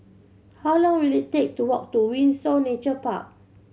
how long will it take to walk to Windsor Nature Park